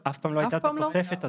לא, אף פעם לא הייתה את התוספת הזו.